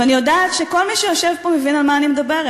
ואני יודעת שכל מי שיושב פה מבין על מה אני מדברת,